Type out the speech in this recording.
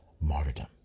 martyrdom